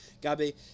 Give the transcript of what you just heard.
Gabi